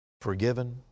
forgiven